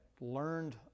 learned